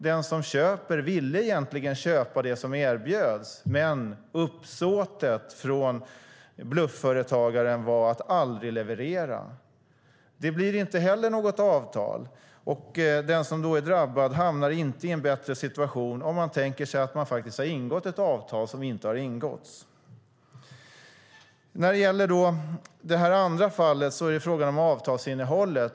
Den som köper ville köpa det som erbjöds, men uppsåtet från blufföretagaren var att aldrig leverera. Det blir inte heller något avtal. Den som då är drabbad hamnar inte i en bättre situation om företagaren tänker sig att han har ingått ett avtal som inte har ingåtts. Det andra fallet handlar om avtalsinnehåll.